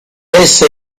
essa